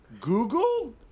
Google